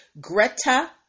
Greta